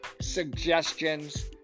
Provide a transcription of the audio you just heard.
suggestions